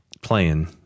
playing